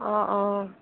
অ অ